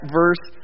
verse